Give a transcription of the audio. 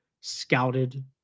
scouted